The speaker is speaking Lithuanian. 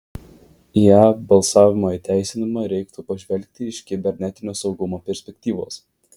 į e balsavimo įteisinimą reiktų pažvelgti iš kibernetinio saugumo perspektyvos